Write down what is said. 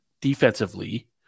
defensively